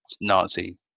nazi